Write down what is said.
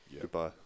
Goodbye